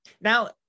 now